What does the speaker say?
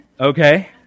Okay